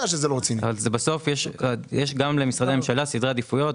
בסוף יש למשרדי הממשלה סדרי עדיפויות,